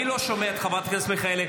אני לא שומע את חברת הכנסת מיכאלי.